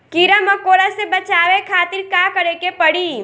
कीड़ा मकोड़ा से बचावे खातिर का करे के पड़ी?